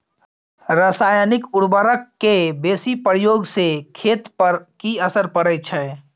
रसायनिक उर्वरक के बेसी प्रयोग से खेत पर की असर परै छै?